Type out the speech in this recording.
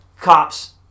cops